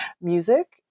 music